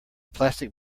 plastic